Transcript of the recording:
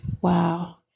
Wow